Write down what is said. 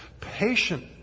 patient